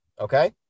Okay